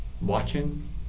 watching